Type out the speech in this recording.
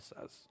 says